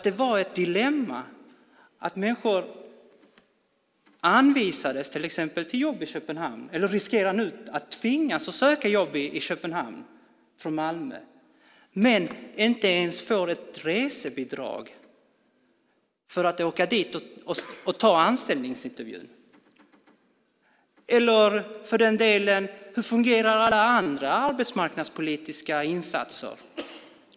Det var ett dilemma att människor från Malmö anvisades jobb i Köpenhamn - nu riskerar de att tvingas söka jobb i Köpenhamn - utan att ens få ett resebidrag för att åka dit på anställningsintervju. Hur fungerar alla andra arbetsmarknadspolitiska insatser?